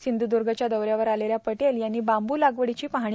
सिंधुदुर्गच्या दौऱ्यावर आलेल्या पटेल यांनी बांबू लागवडीची पाहणी केली